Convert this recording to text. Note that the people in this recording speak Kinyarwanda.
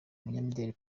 umunyamideli